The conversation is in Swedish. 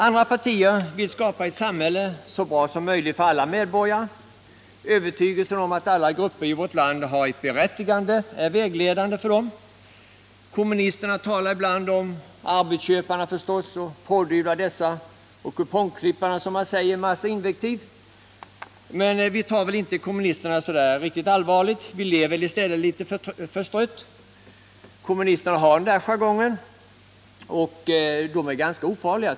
Andra partier vill skapa ett samhälle så bra som möjligt för alla medborgare — övertygelsen om att alla grupper i vårt land har ett berättigande är vägledande. Kommunisterna talar ibland om arbetsköparna förstås och pådyvlar dessa och kupongklipparna, som man säger, en massa invektiv. Men vi tar väl inte kommunisterna så allvarligt. Vi ler väl i stället litet förstrött. Kommunisterna har den där jargongen. De är dessutom ganska ofarliga.